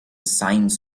signs